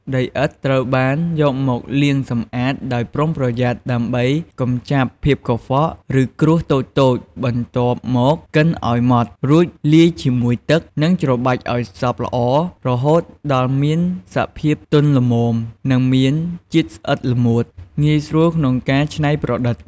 ដីឥដ្ឋត្រូវបានយកមកលាងសម្អាតដោយប្រុងប្រយ័ត្នដើម្បីកម្ចាត់ភាពកខ្វក់ ឬគ្រួសតូចៗ បន្ទាប់មកកិនឲ្យម៉ដ្ឋ រួចលាយជាមួយទឹក និងច្របាច់ឲ្យសព្វល្អ រហូតដល់មានសភាពទន់ល្មម និងមានជាតិស្អិតល្មួត ងាយស្រួលក្នុងការច្នៃប្រឌិត។